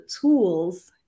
tools